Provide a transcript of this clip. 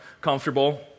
comfortable